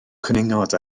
cwningod